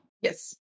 Yes